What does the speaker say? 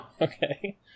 Okay